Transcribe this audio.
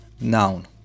Noun